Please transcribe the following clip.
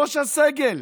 ראש הסגל,